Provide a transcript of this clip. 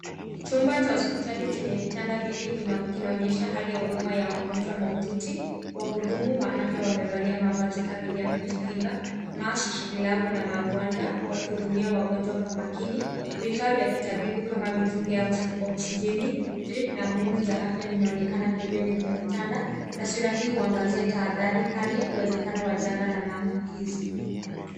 Chumba cha hospitali chenye vitanda vingi kinaonyesha hali ya huduma kwa wagonjwa mahututi. Wahudumu wa afya wamevalia mavazi kamili ya kujikinga masks , glovu, na magwanda wakihudumia wagonjwa kwa makini. Vifaa vya kitabibu kama mitungi ya oksijeni, drip , na muuni za afya vinaonekana pembeni ya vitanda. Taswira hii huangazia tahadhari kali uwezekano wa janga la maambukizi.